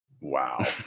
wow